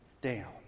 down